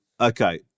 Okay